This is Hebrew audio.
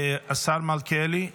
השר מלכיאלי,